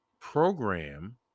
program